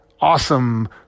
awesome